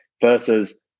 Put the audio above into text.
versus